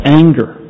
anger